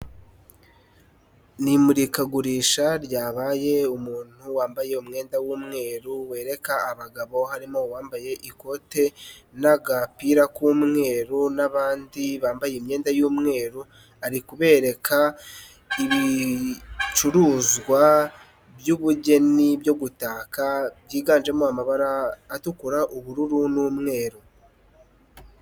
Ni imurikagurisha ryabaye umuntu wambaye umwenda w'umweru, wereka abagabo harimo uwambaye ikote n'agapira k'umweru n'abandi bambaye imyenda y'umweru, ari kubereka ibicuruzwa by'ubugeni byo gutaka, byiganjemo amabara atukura, ubururu n'umweru.